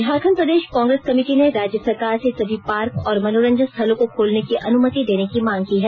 झारखंड प्रदेश कांग्रेस कमेटी ने राज्य सरकार से सभी पार्क और मनोरंजन स्थलों को खोलने की अनुमति देने की मांग की है